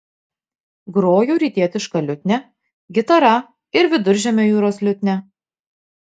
groju rytietiška liutnia gitara ir viduržemio jūros liutnia